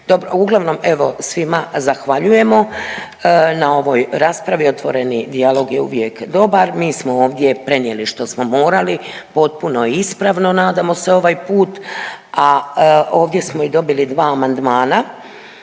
uglavnom, evo, svima zahvaljujemo na ovoj raspravi, otvoreni dijalog je uvijek dobar, mi smo ovdje prenijeli što smo morali, potpuno ispravno, nadamo se, ovaj put, a ovdje smo i dobili 2 amandmana,